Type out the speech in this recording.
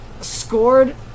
scored